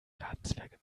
gartenzwerge